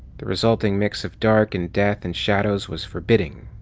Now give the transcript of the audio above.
the resulting mix of dark and death and shadows was forbidding,